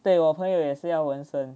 对我朋友也是要纹身